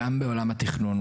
גם בעולם התכנון,